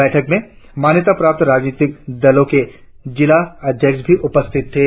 बैठक में मान्यता प्राप्त राजनैतिक दलों के जिला अध्यक्ष उपस्थित थे